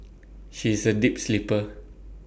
she is A deep sleeper